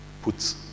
puts